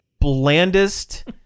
blandest